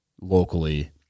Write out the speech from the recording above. locally